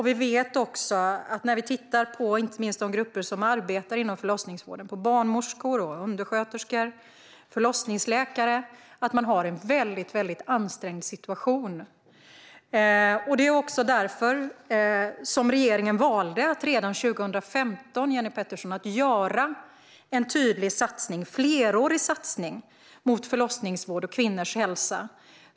Vi vet också att de grupper som arbetar inom förlossningsvården - barnmorskor, undersköterskor och förlossningsläkare - har en väldigt ansträngd situation, och det är därför, Jenny Petersson, som regeringen valde att redan 2015 göra en tydlig, flerårig satsning på förlossningsvård och kvinnors hälsa.